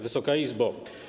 Wysoka Izbo!